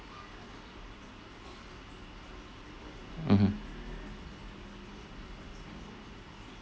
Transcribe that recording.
mmhmm